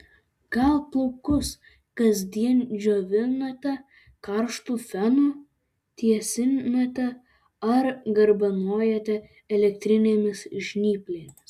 gal plaukus kasdien džiovinate karštu fenu tiesinate ar garbanojate elektrinėmis žnyplėmis